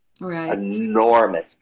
enormous